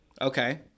Okay